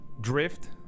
drift